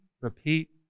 repeat